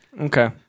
Okay